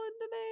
today